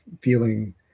feeling